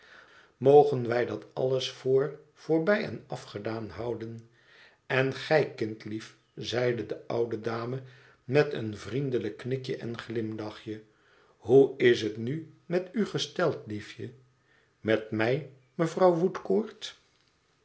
mogen wij dat alles voor voorbij en afgedaan houden en gij kindlief zeide de oude dame met een vriendelijk knikje en glimlachje hoe is het nu met u gesteld liefje met mij mevrouw